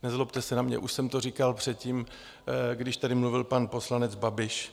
Nezlobte se na mě, už jsem to říkal předtím, když tady mluvil pan poslanec Babiš.